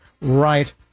right